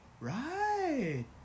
right